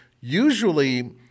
usually